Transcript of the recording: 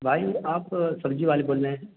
بھائی آپ سبزی والے بول رہے ہیں